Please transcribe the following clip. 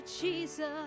Jesus